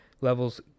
levels